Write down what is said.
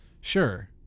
sure